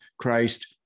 Christ